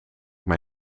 mij